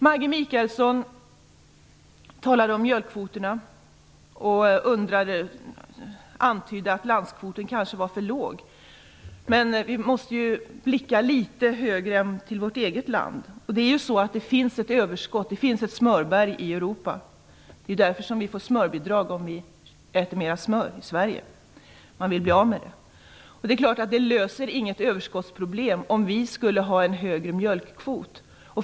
Maggi Mikaelsson talade om mjölkkvoterna och antydde att landskvoten kanske var för låg. Men vi måste ju blicka litet längre än till vårt eget land. Det finns ett överskott. Det finns ett smörberg i Europa, och därför får vi smörbidrag om vi äter mera smör i Sverige - man vill bli av med det. Det är klart att det inte löser något överskottsproblem om vi har en högre mjölkkvot.